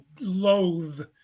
loathe